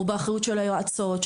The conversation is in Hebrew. אלא באחריות של היועצות,